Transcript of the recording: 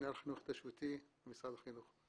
במנהל החינוך ההתיישבותי, משרד החינוך.